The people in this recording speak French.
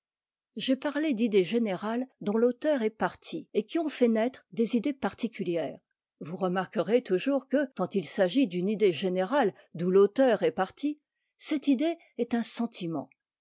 j'ai parlé d'idées générales dont l'auteur est parti et qui ont fait naître des idées particulières vous remarquerez toujours que quand il s'agit d'une idée générale d'où l'auteur est parti cette idée est un sentiment